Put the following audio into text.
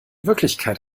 wirklichkeit